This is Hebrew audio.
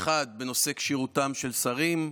האחד בנושא כשירותם של שרים,